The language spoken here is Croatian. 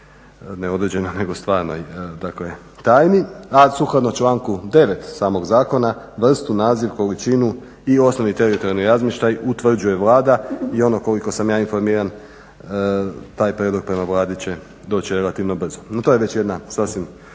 ne određenoj nego stvarnoj dakle tajni, a sukladno članku 9. samog zakona vrstu, naziv, količinu i osnovni teritorijalni razmještaj utvrđuje Vlada. I ono koliko sam ja informiran taj prijedlog prema Vladi će doći relativno brzo. No to je već jedna sasvim